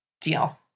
Deal